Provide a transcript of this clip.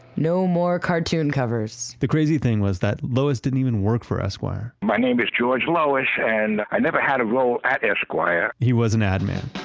no more cartoon covers. the crazy thing was that lois didn't even work for esquire. my name is george lois and i never had a role at esquire. he was an ad man.